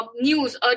news